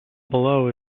below